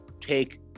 take